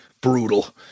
brutal